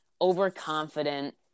overconfident